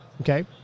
Okay